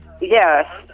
Yes